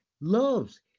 Loves